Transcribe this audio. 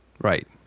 Right